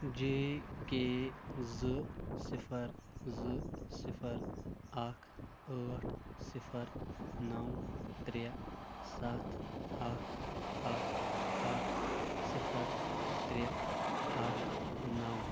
J K زٕ صِفر زٕ صِفر اَکھ ٲٹھ صِفر نَو ترٛےٚ سَتھ اَکھ اکھ اکھ صِفر ترٛےٚ اَکھ نَو